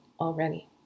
already